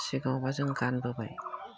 सिगाङावब्ला जों गानबोबाय